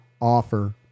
offer